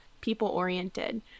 people-oriented